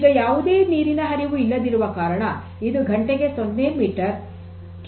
ಈಗ ಯಾವುದೇ ನೀರಿನ ಹರಿವು ಇಲ್ಲದಿರುವ ಕಾರಣ ಇದು ಘಂಟೆಗೆ ಸೊನ್ನೆ ಘನ ಮೀಟರ್ ಅನ್ನು ತೋರಿಸುತ್ತಿದೆ